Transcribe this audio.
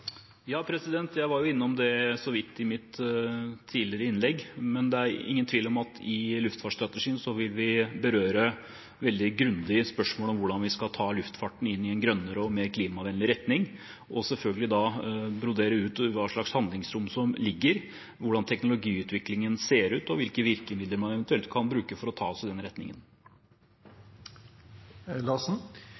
Jeg var jo innom det så vidt i mitt tidligere innlegg. Men det er ingen tvil om at vi i luftfartsstrategien vil berøre veldig grundig spørsmål om hvordan vi skal ta luftfarten inn i en grønnere og mer klimavennlig retning, og selvfølgelig da utbrodere hva slags handlingsrom som foreligger, hvordan teknologiutviklingen ser ut, og hvilke virkemidler man eventuelt kan bruke for å ta oss i den retningen.